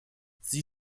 sie